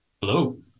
Hello